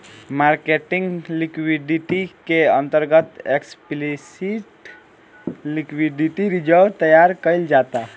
marketing liquidity के अंतर्गत explicit liquidity reserve तैयार कईल जाता